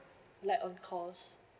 like on calls